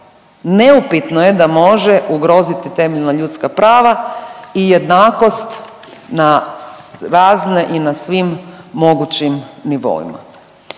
neupitno je da može ugroziti temeljna ljudska prava i jednakost na razne i na svim mogućim nivoima.